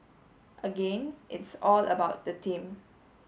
again it's all about the team